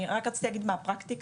אני רק רציתי להסביר מה היא הפרקטיקה,